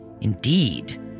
Indeed